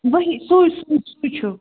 وہی سُے سُے سُے چھُ